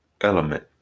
element